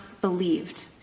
believed